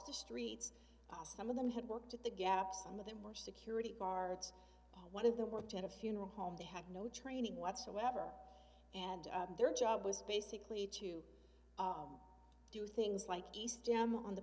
the streets some of them had worked at the gap some of them were security guards one of the worked at a funeral home they had no training whatsoever and their job was basically to do things like east jam on the